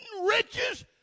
riches